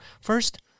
first